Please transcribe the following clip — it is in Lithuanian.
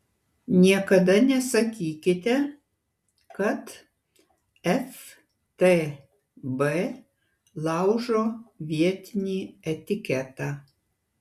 niekada nesakykite kad ftb laužo vietinį etiketą